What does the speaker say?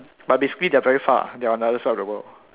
but basically they're very far they're on the other side of the world